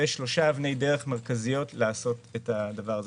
יש שלוש אבני דרך מרכזיות לעשות את זה.